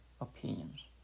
opinions